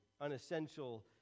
unessential